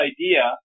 idea